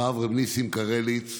הרב נסים קרליץ,